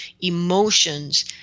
emotions